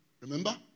Remember